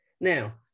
Now